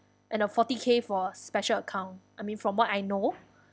and a forty K for special account I mean from what I know